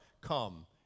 come